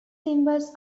cymbals